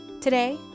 Today